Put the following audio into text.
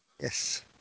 Yes